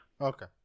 Okay